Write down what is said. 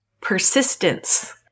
Persistence